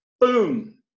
boom